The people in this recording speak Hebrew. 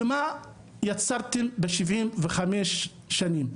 ומה יצרתם ב-75 שנים?